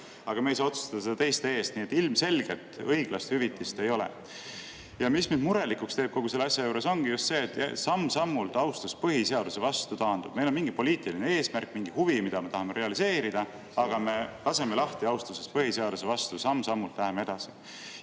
aga me ei saa seda otsustada teiste eest. Nii et ilmselgelt õiglast hüvitist ei ole. Mis mind murelikuks teeb kogu selle asja juures, ongi just see, et samm-sammult austus põhiseaduse vastu taandub. Meil on mingi poliitiline eesmärk, mingi huvi, mida me tahame realiseerida, aga me laseme lahti austusest põhiseaduse vastu, samm-sammult läheme